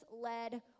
led